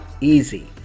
easy